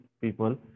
people